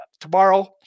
tomorrow